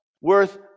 worth